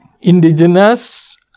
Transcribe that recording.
indigenous